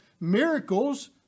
miracles